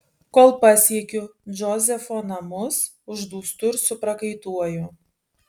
kol pasiekiu džozefo namus uždūstu ir suprakaituoju